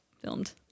filmed